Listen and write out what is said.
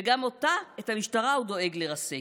וגם אותה, את המשטרה, הוא דואג לרסק.